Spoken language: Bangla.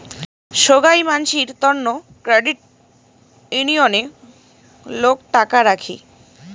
সোগাই মানসির তন্ন ক্রেডিট উনিয়ণে লোক টাকা রাখি